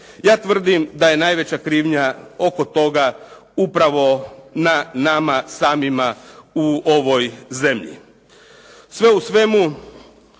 Ja tvrdim da je najveća krivnja oko toga upravo na nama samima u ovoj zemlji. Sve u svemu